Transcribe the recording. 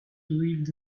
believed